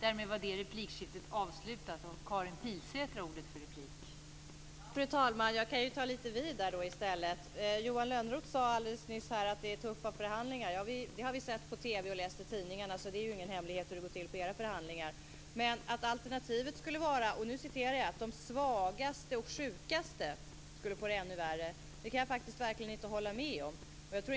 Fru talman! Jag kan ju ta vid där. Johan Lönnroth sade alldeles nyss att det är tuffa förhandlingar. Det har vi sett på TV och läst i tidningarna. Det är ju ingen hemlighet hur det går till på era förhandlingar. Men att alternativet skulle vara att de "svagaste och sjukaste" skulle få det ännu värre kan jag verkligen inte hålla med om.